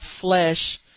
flesh